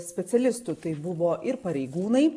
specialistų tai buvo ir pareigūnai